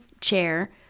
chair